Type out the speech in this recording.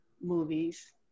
movies